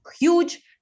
huge